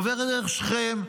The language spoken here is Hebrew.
עובר דרך שכם,